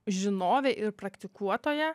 žinovė ir praktikuotoja